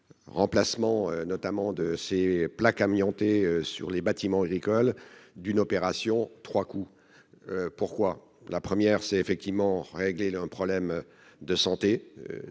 remplacement notamment de ces plaques amiantés sur les bâtiments agricoles d'une opération 3 coups : pourquoi la première, c'est effectivement régler leurs problèmes de santé